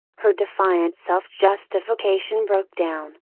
her defiant self justification broke down.